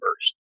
first